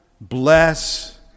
bless